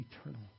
eternal